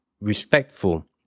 respectful